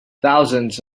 thousands